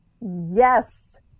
yes